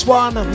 one